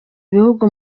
bihugu